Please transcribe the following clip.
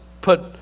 put